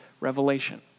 revelation